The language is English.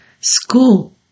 school